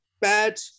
bad